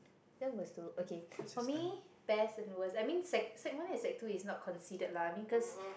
that was too~ okay for me best and worst I mean sec~ sec-one and sec-two is not considered lah because